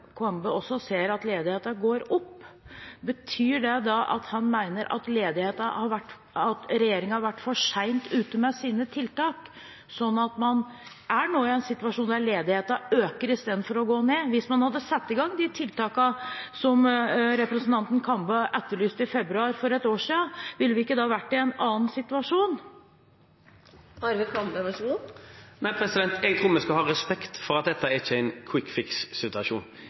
han mener at regjeringen har vært for sent ute med sine tiltak, sånn at man nå er i en situasjon der ledigheten øker istedenfor å gå ned? Hvis man hadde satt i gang disse tiltakene som representanten Kambe etterlyste i februar for et år siden, ville vi ikke da vært i en annen situasjon? Jeg tror vi skal ha respekt for at dette ikke er en «quick fix»-situasjon. Dette handler om store utfordringer som angår hele verden, med en